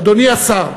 אדוני השר,